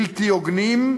בלתי הוגנים,